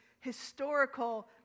historical